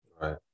right